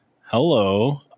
Hello